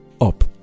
up